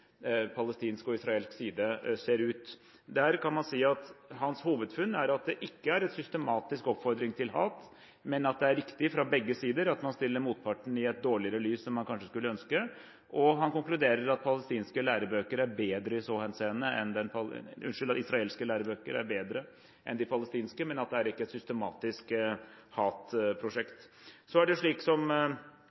palestinsk og israelsk side ser ut. Hans hovedfunn er at det ikke er systematisk oppfordring til hat, men at det er riktig fra begge sider at man stiller motparten i et dårligere lys enn man kanskje skulle ønske. Han konkluderer med at israelske lærebøker i så henseende er bedre enn palestinske, men at det ikke er et systematisk hatprosjekt. Så er det, som representanten Syversen påpeker, slik